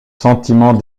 sentiments